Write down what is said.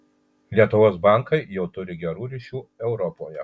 lietuvos bankai jau turi gerų ryšių europoje